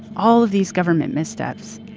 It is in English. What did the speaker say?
all of these government missteps,